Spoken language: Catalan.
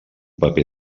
paper